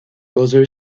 other